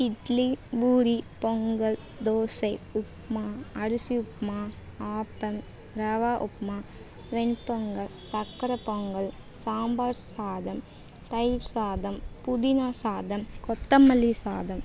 இட்லி பூரி பொங்கல் தோசை உப்புமா அரிசி உப்புமா ஆப்பம் ரவா உப்புமா வெண் பொங்கல் சக்கரை பொங்கல் சாம்பார் சாதம் தயிர் சாதம் புதினா சாதம் கொத்தமல்லி சாதம்